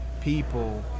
people